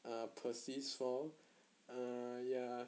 err persists for err ya